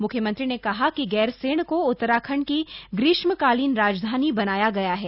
म्र्ख्यमंत्री ने कहा कि गैरसैंण को उत्तराखण्ड की ग्रीष्मकालीन राजधानी बनाया गया है